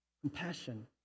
compassion